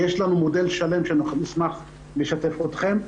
ויש לנו מודל שלם שנשמח לשתף אתכם בו,